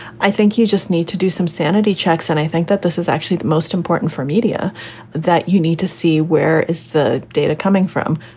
i think you just need to do some sanity checks. and i think that this is actually the most important for media that you need to see. where is the data coming from?